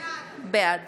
בעד